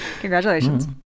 Congratulations